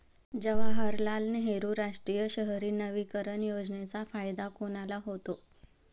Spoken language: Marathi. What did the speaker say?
जवाहरलाल नेहरू राष्ट्रीय शहरी नवीकरण योजनेचा फायदा कोणाला होतो?